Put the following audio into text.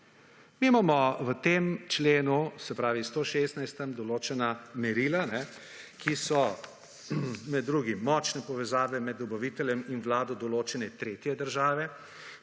Mi imamo v tem členu, se pravi 116., določena merila, ki so med drugim močne povezave med dobaviteljem in vlado določene tretje države,